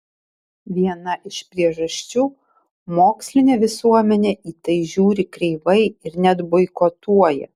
viena iš priežasčių mokslinė visuomenė į tai žiūri kreivai ir net boikotuoja